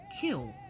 kill